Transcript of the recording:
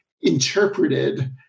interpreted